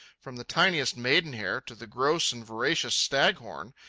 from the tiniest maidenhair to the gross and voracious staghorn,